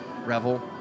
Revel